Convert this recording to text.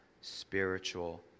spiritual